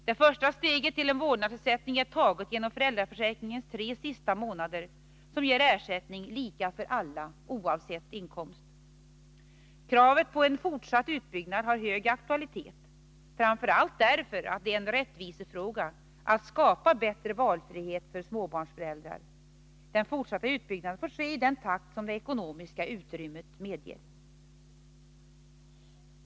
Det första steget till en vårdnadsersättning är taget genom föräldraförsäkringens tre sista månader som ger ersättning lika för alla oavsett inkomst. Kravet på en fortsatt utbyggnad har hög aktualitet, framför allt därför att det är en rättvisefråga att skapa bättre valfrihet för småbarnsföräldrar. Den fortsatta utbyggnaden får ske i den takt som det ekonomiska utrymmet medger.